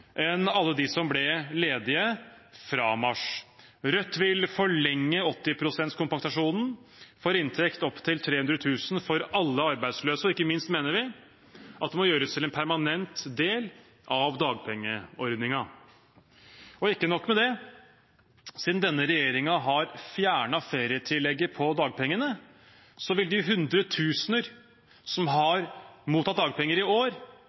alle dem som ble ledige fra mars. Rødt vil forlenge 80 pst.-kompensasjonen for inntekt opp til 300 000 kr for alle arbeidsløse, og ikke minst mener vi at det må gjøres til en permanent del av dagpengeordningen. Ikke nok med det: Siden denne regjeringen har fjernet ferietillegget på dagpengene, vil de hundretusener som har mottatt dagpenger i år,